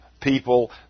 people